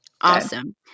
Awesome